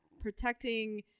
protecting